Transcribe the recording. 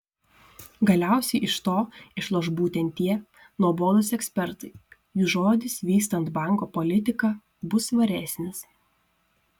galiausiai iš to išloš būtent tie nuobodūs ekspertai jų žodis vystant banko politiką bus svaresnis